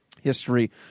history